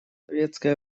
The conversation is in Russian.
советское